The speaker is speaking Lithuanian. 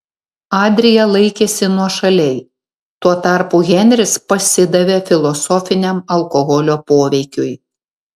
adrija laikėsi nuošaliai tuo tarpu henris pasidavė filosofiniam alkoholio poveikiui